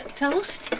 toast